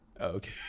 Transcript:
okay